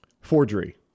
Forgery